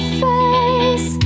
face